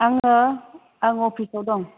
आङो आं अफिसाव दं